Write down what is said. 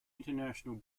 international